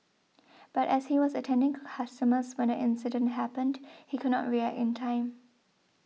but as he was attending to customers when the incident happened he could not react in time